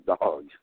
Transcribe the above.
dogs